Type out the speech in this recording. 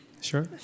Sure